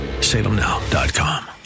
SalemNow.com